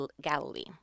galilee